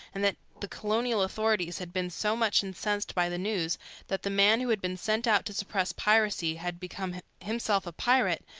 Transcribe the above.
and that the colonial authorities had been so much incensed by the news that the man who had been sent out to suppress piracy had become himself a pirate,